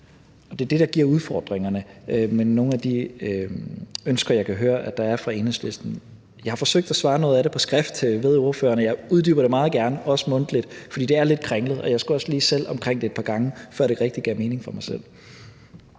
Det er det, der giver udfordringerne med nogle af de ønsker, jeg kan høre der er fra Enhedslistens side. Jeg har forsøgt at svare på noget af det på skrift, men jeg uddyber det meget gerne, også mundtligt, for det er lidt kringlet, og jeg skulle også lige selv omkring det et par gange, før det rigtig gav mening for mig selv.